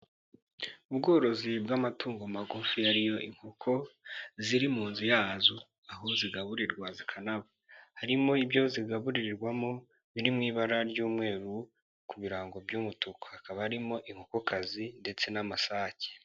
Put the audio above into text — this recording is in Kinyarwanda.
Ubworozi bw'amatungo magufi ariyo inkoko ziri mu nzu yazo aho zigaburirwa zikanaba, harimo ibyo zigaburirwamo biri mu ibara ry'umweru ku birango by'umutuku, hakaba harimo inkokokazi ndetse n'amasake.